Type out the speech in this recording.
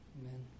Amen